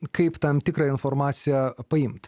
kaip tam tikrą informaciją paimt